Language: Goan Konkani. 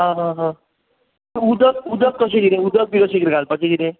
आं हां हां उदक उदक कशें कितें उदक बी कशें कितें घालपाचें कितें